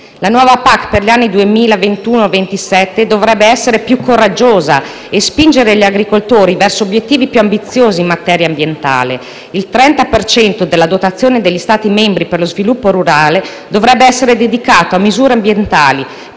La nuova PAC per gli anni 2021-2027 dovrebbe essere più coraggiosa e spingere gli agricoltori verso obiettivi più ambiziosi in materia ambientale. Il 30 per cento - ad esempio - della dotazione degli Stati membri per lo sviluppo rurale dovrebbe essere dedicato a misure ambientali